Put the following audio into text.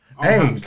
Hey